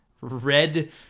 red